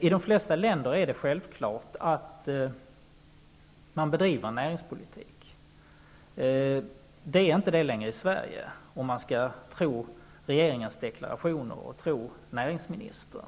I de flesta länder är det självklart att man bedriver näringspolitik. Det är inte längre så i Sverige, om man skall tro regeringens och näringsministerns deklarationer.